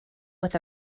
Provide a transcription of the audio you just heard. with